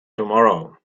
tomorrow